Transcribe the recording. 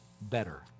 better